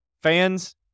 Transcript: Fans